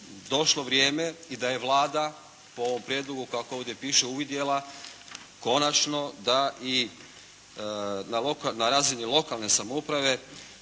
došlo vrijeme i da je Vlada po ovom prijedlogu kako ovdje piše, uvidjela konačno da i na razini lokalne samouprave